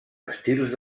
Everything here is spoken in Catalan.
estils